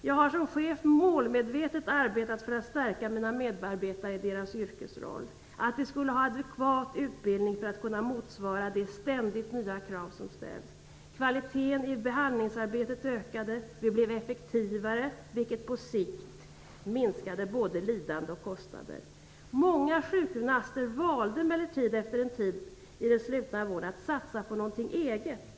Jag har som chef målmedvetet arbetat för att stärka mina medarbetare i deras yrkesroll. Jag ville att de skulle ha adekvat utbildning för att kunna motsvara de ständigt nya krav som ställs. Kvaliteten i behandlingsarbetet ökade. Vi blev effektivare, vilket på sikt minskade både lidande och kostnader. Många sjukgymnaster valde emellertid efter en tid i den slutna vården att satsa på någonting eget.